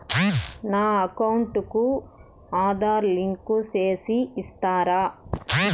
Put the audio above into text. నా అకౌంట్ కు ఆధార్ లింకు సేసి ఇస్తారా?